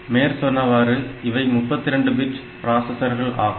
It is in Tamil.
மேற்சொன்னவாறு இவை 32 பிட் பிராசஸர்கள் ஆகும்